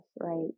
right